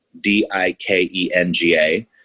D-I-K-E-N-G-A